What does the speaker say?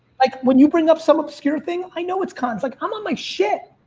like when you bring up some obscure thing i know it's cons, like, i'm on my shit.